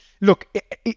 Look